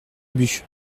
ubu